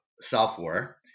software